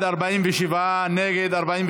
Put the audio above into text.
התשע"ח 2018. נא להצביע.